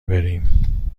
بریم